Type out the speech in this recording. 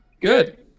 Good